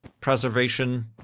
preservation